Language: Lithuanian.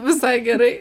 visai gerai